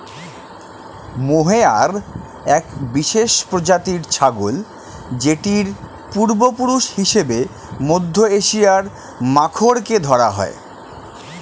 mohair এক বিশেষ প্রজাতির ছাগল যেটির পূর্বপুরুষ হিসেবে মধ্য এশিয়ার মাখরকে ধরা হয়